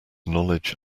knowledge